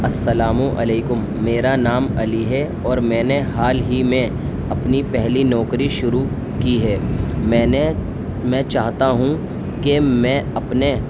السلام علیکم میرا نام علی ہے اور میں نے حال ہی میں اپنی پہلی نوکری شروع کی ہے میں نے میں چاہتا ہوں کہ میں اپنے